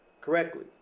correctly